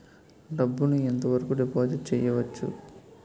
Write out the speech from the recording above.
డబ్బు ను ఎంత వరకు డిపాజిట్ చేయవచ్చు?